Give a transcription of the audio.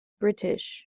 british